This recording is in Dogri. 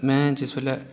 मैं जिस बेल्लै